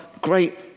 great